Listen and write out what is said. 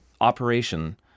operation